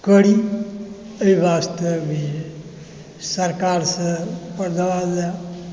करी एहि वास्ते भी सरकारसँ पर दबाब दए